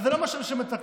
וזה לא מה שרשום בתקנות.